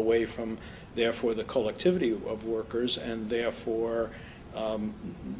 away from therefore the collectivity of workers and therefore